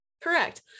Correct